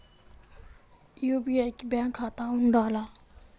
UPI కి bank ఖాతా ఉండాల?